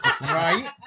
right